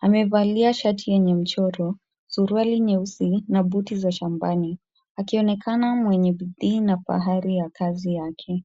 Amevalia shati yenye mchoro, suruali nyeusi na buti za shambani akionekana mwenye bidhii na kwa hari ya kazi yake.